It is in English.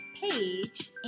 page